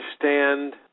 understand